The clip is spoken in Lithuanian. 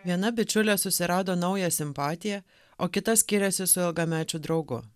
viena bičiulė susirado naują simpatiją o kita skiriasi su ilgamečiu draugu